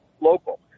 local